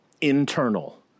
Internal